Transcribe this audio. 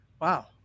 Wow